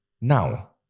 Now